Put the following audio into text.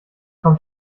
kommt